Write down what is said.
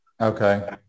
Okay